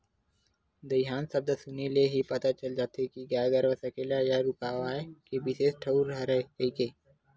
दईहान सब्द सुने ले ही पता चल जाथे के गाय गरूवा सकेला या रूकवाए के बिसेस ठउर हरय कहिके